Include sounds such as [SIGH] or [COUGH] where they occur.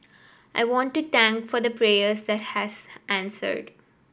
I want to [UNINTELLIGIBLE] for the prayers that has answered